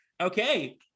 Okay